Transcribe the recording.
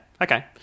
Okay